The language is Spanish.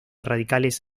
radicales